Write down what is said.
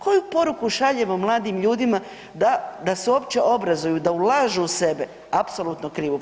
Koju poruku šaljemo mladim ljudima da se uopće obrazuju, da ulažu u sebe, apsolutno krivu poruku.